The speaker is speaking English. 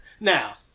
now